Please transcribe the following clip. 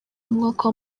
umwaka